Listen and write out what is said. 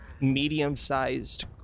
medium-sized